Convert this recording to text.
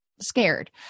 scared